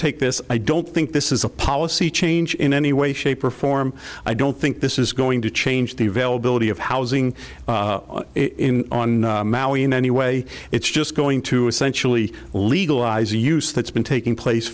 take this i don't think this is a policy change in any way shape or form i don't think this is going to change the availability of housing in any way it's just going to essentially legalize a use that's been taking place